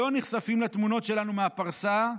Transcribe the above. לא נחשף לתמונות שלנו מהפרסה,